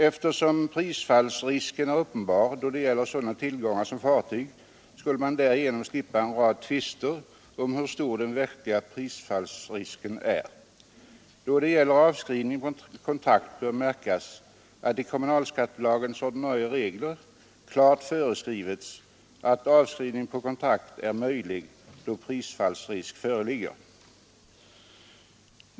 Eftersom prisfallsrisken är uppenbar då det gäller sådana tillgångar som fartyg skulle man därigenom slippa en rad tvister om hur stor den verkliga prisfallsrisken är. Då det gäller avskrivningen på kontrakt bör märkas att i kommunalskattelagens ordinarie regler klart föreskrivits att avskrivning på kontrakt är möjlig då prisfallsrisk föreligger.